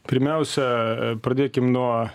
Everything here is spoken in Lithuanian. pirmiausia pradėkim nuo